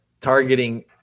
targeting